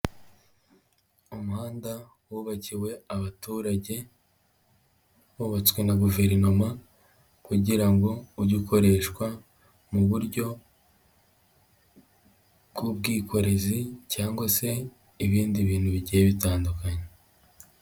Umuhanda wubakiwe abaturage, wubatswe na guverinoma kugira ngo ujye ukoreshwa mu buryo bw'ubwikorezi cyangwa se ibindi bintu bigiye bitandukanye.